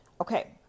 Okay